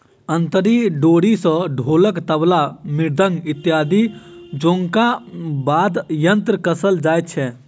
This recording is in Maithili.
अंतरी डोरी सॅ ढोलक, तबला, मृदंग इत्यादि जेंका वाद्य यंत्र कसल जाइत छै